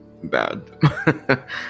Bad